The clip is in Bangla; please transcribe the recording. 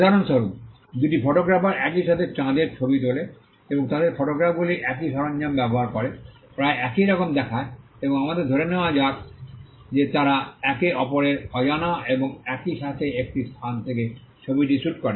উদাহরণস্বরূপ দুটি ফটোগ্রাফার একই সাথে চাঁদের ছবি তোলে এবং তাদের ফটোগ্রাফগুলি একই সরঞ্জাম ব্যবহার করে প্রায় একই রকম দেখায় এবং আমাদের ধরে নেওয়া যাক যে তারা একে অপরের অজানা এবং একই সাথে একই স্থান থেকে ছবিটি শ্যুট করে